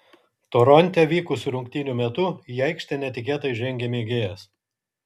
toronte vykusių rungtynių metu į aikštę netikėtai žengė mėgėjas